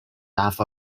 laugh